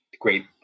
great